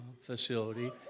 facility